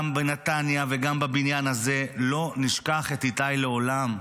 גם בנתניה וגם בבניין הזה לא נשכח את איתי לעולם,